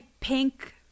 pink